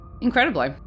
incredibly